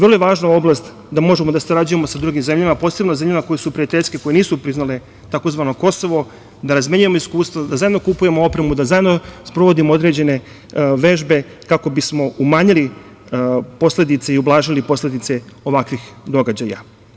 Vrlo je važna oblast da možemo da sarađujemo sa drugim zemljama, a posebno sa zemljama koje su prijateljske, koje nisu priznale tzv. Kosovo, da razmenjujemo iskustva, da zajedno kupujemo opremu, da zajedno sprovodimo određene vežbe, kako bismo umanjili i ublažili posledice ovakvih događaja.